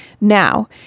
Now